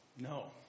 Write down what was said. No